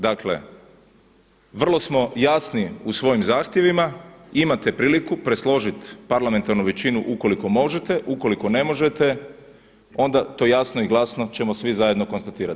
Dakle, vrlo smo jasni u svojim zahtjevima, imate priliku presložiti parlamentarnu većinu ukoliko možete, ukoliko ne možete onda to jasno i glasno ćemo svi zajedno konstatirati.